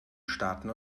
starten